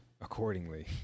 accordingly